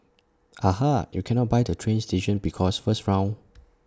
aha you cannot buy the train station because first round